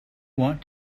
want